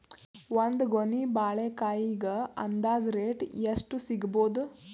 ಒಂದ್ ಗೊನಿ ಬಾಳೆಕಾಯಿಗ ಅಂದಾಜ ರೇಟ್ ಎಷ್ಟು ಸಿಗಬೋದ?